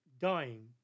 dying